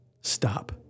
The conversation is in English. stop